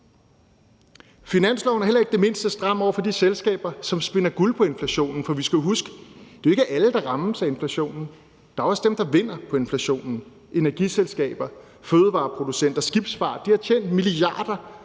Finanslovsforslaget er heller ikke det mindste stramt over for de selskaber, som spinder guld på inflationen, for vi skal jo huske, at det ikke er alle, der rammes af inflationen. Der er også dem, der vinder på inflationen: Energiselskaber, fødevareproducenter og skibsfart har tjent milliarder